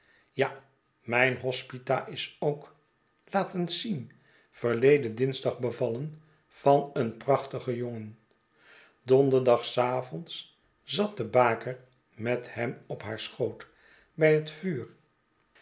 ja mijn hospita is ook laat eens zien verleden dinsdag bevallen van een prachtigen jongen donderdag s avonds zat de baker met hem op haar schoot bij het vtiur